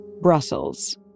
Brussels